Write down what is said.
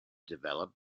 develop